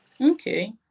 Okay